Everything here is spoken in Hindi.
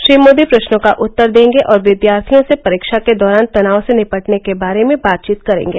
श्री मोदी प्रश्नों का उत्तर देंगे और विद्यार्थियों से परीक्षा के दौरान तनाव से निपटने के बारे में बातचीत करेंगे